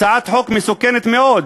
הצעת חוק מסוכנת מאוד.